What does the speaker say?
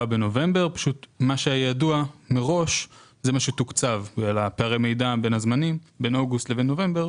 בנובמבר אבל בגלל פערי המידע בין אוגוסט לנובמבר